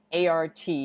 ART